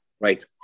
right